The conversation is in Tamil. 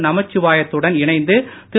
நமச்சிவாயன த்துடன் இணைந்து திரு